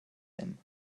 them